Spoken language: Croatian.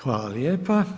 Hvala lijepa.